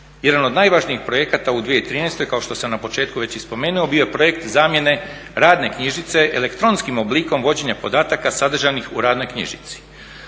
Jedan od najvažnijih projekata u 2013. kao što sam na početku već i spomenuo bio je projekt zamjene radne knjižice elektronskim oblikom vođenja podataka sadržanih u radnoj knjižici.